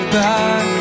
back